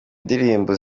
ndirimbo